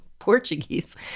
Portuguese